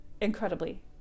incredibly